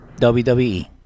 WWE